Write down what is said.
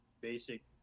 basic